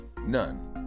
None